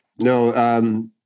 No